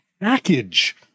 package